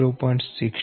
02 j0